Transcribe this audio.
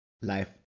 life